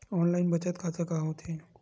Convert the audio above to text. Online बचत खाता का होथे?